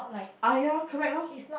ah ya correct lor